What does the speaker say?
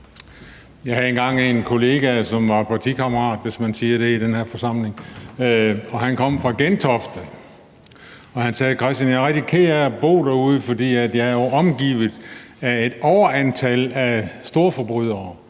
Jeg havde engang en kollega, som var partikammerat, hvis man kan sige det i den her forsamling, og han kom fra Gentofte, og han sagde: Christian, jeg er rigtig ked af at bo derude, for der er en overvægt af storforbrydere,